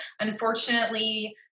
unfortunately